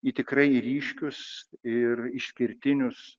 į tikrai ryškius ir išskirtinius